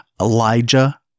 Elijah